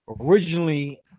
Originally